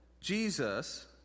Jesus